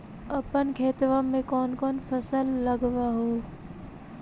अपन खेतबा मे कौन कौन फसल लगबा हू?